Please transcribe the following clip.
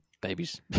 babies